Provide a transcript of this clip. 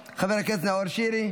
טאהא,